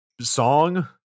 song